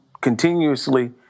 continuously